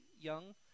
young